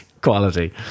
quality